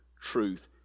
truth